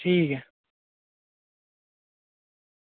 ठीक ऐ